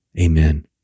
Amen